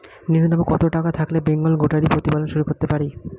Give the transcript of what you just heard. নূন্যতম কত টাকা থাকলে বেঙ্গল গোটারি প্রতিপালন শুরু করতে পারি?